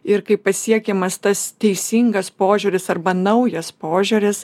ir kai pasiekiamas tas teisingas požiūris arba naujas požiūris